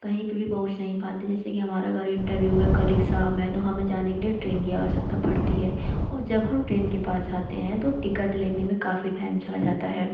कहीं पर भी पहुँच नहीं पाते जैसे कि हमारा कल इंटरव्यू है कल एग्ज़ाम हैं तो हमें जाने के लिए ट्रैन की आवश्यकता पड़ती हैं और जब हम ट्रेन के पास जाते हैं तो टिकट लेने में काफ़ी टाइम चला जाता है